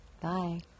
Bye